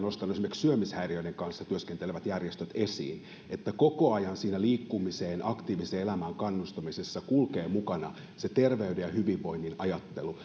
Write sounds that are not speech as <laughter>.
esimerkiksi syömishäiriöiden kanssa työskentelevät järjestöt ovat nostaneet paljon esiin että koko ajan siinä liikkumiseen aktiiviseen elämään kannustamisessa kulkee mukana se terveyden ja hyvinvoinnin ajattelu <unintelligible>